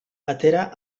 atera